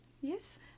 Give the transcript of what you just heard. yes